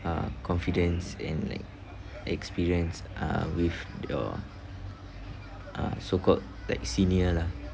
uh confidence and like experience uh with your uh so-called like senior lah